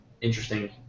interesting